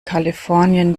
kalifornien